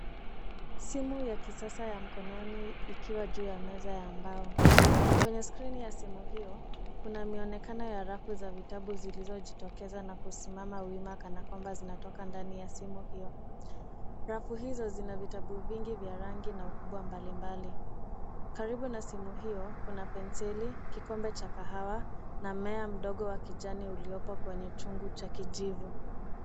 Simu ya kisasa ya mkononi ikiwa juu ya meza ya mbao. Kwenye skrini ya simu hiyo, kunaonekana rafu za vitabu zilizojitokeza na kusimama wima kana kwamba zinatoka ndani ya simu hiyo. Rafu hizo zina vitabu vingi vya rangi na ukubwa mbalimbali. Karibu na simu hiyo, kuna penseli, kikombe cha kahawa na mmea mdogo wa kijani uliopo kwenye chungu cha kijivu.